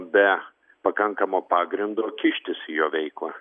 be pakankamo pagrindo kištis į jo veiklą